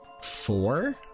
four